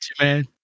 man